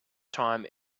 time